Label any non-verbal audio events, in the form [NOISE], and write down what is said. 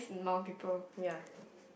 [BREATH] yeah [BREATH]